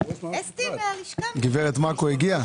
למעשה לא הגענו,